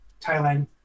Thailand